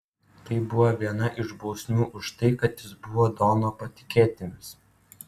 tai buvo viena iš bausmių už tai kad jis buvo dono patikėtinis